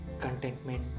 contentment